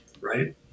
right